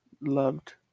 loved